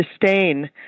disdain